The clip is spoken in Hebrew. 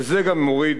וזה גם מוריד,